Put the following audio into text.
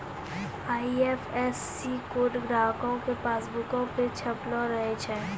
IFSC code ग्राहको के पासबुको पे छपलो रहै छै